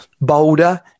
bolder